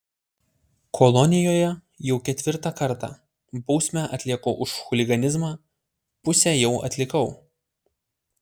kolonijoje jau ketvirtą kartą bausmę atlieku už chuliganizmą pusę jau atlikau